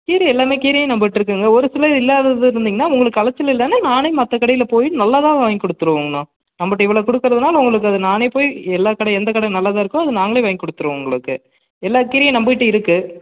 கீரை எல்லாமே கீரையும் நம்மள்ட்ட இருக்குதுங்க ஒரு சிலது இல்லாதது இருந்தீங்கனா உங்களுக்கு அலைச்சல் இல்லைன்னா நானே மற்ற கடையில் போய் நல்லதாக வாங்கி கொடுத்துருவோங்ணா நம்மள்ட்ட இவ்வளோ கொடுக்கறதுனால உங்களுக்கு அது நானே போய் எல்லா கடை எந்த கடை நல்லதாக இருக்கோ அது நாங்களே வாங்கி கொடுத்துருவோம் உங்களுக்கு எல்லா கீரையும் நம்மக்கிட்ட இருக்குது